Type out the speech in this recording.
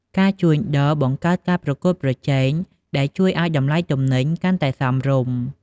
ការជួញដូរ បង្កើតការប្រកួតប្រជែង ដែលជួយឱ្យតម្លៃទំនិញកាន់តែសមរម្យ។